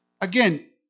Again